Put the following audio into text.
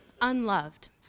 unloved